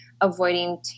avoiding